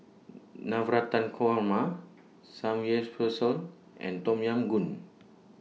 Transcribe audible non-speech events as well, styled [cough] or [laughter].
[hesitation] Navratan Korma Samgyeopsal and Tom Yam Goong